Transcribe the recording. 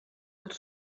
els